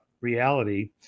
reality